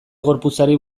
gorputzari